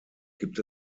gibt